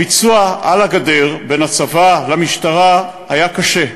הביצוע על הגדר בין הצבא למשטרה היה קשה,